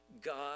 God